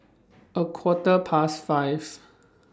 A Quarter Past five